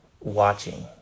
watching